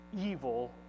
evil